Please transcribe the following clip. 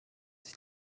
sich